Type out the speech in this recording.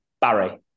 Barry